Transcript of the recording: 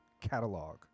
catalog